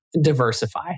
Diversify